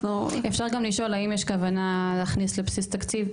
אפשר גם לשאול האם יש כוונה להכניס לבסיס תקציב.